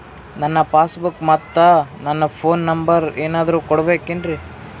ನನ್ನ passbook ಮತ್ ನನ್ನ ಫೋನ್ ನಂಬರ್ ಏನಾದ್ರು ಕೊಡಬೇಕೆನ್ರಿ?